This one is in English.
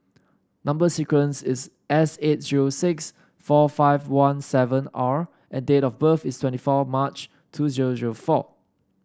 number sequence is S eight zero six four five one seven R and date of birth is twenty four March two zero zero four